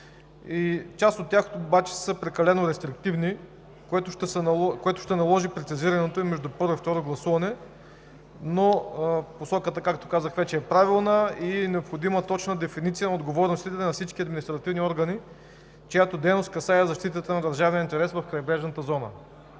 Част от тях обаче са прекалено рестриктивни, което ще наложи прецизирането им между първо и второ гласуване, но посоката, както казах вече, е правилна. Необходима е точна дефиниция за отговорностите на всички административни органи, чиято дейност касае защитата на държавния интерес в крайбрежната зона.